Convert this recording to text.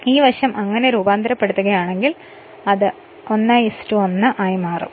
അതിനാൽ ഈ വശം അതിനെ രൂപാന്തരപ്പെടുത്തുകയാണെങ്കിൽ അത് 11 ആയി മാറും അത് I2 I2 a ആയി മാറും